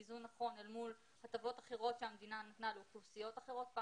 איזון נכון אל מול הטבות אחרות שהמדינה נתנה לאוכלוסיות אחרות,